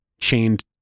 chained